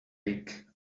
rig